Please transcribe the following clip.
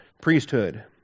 priesthood